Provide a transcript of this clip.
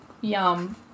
Yum